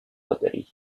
lottery